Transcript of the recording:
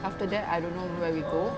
after that I don't know where we go